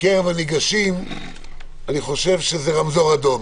מקרב הניגשים הוא 34%, ואני חושב שזה רמזור אדום.